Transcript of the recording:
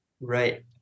Right